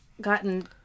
gotten